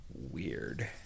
weird